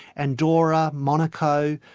andorra, monaco,